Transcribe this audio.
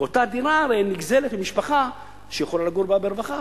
אותה דירה הרי נגזלת ממשפחה שיכולה לגור בה ברווחה.